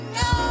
no